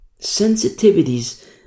Sensitivities